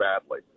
badly